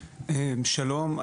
שלום.